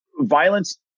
violence